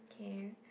okay